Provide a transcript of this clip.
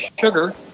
sugar